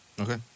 Okay